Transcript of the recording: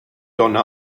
donner